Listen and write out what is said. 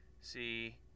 See